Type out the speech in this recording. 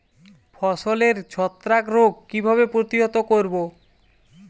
ফসলের ছত্রাক রোগ কিভাবে প্রতিহত করব?